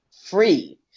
free